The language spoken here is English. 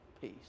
Peace